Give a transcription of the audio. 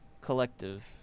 Collective